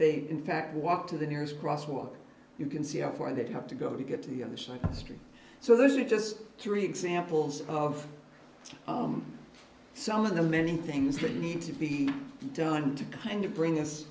may in fact walk to the nearest crosswalk you can see how far that you have to go to get to the other side of history so those are just three examples of some of the many things that need to be done to kind of bring